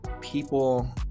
people